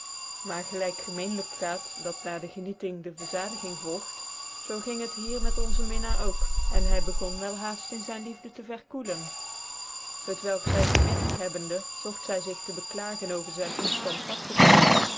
maar gelijk gemeenlijk gaat dat na de genieting de verzadiging volgt zoo ging het hier met onze minnaar ook k en hy begon wel haaft in zyn liefde tc verkoelen het welk zy gemerkt hebbende zoijt zy zig tc beklagen over zyn